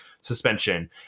suspension